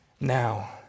now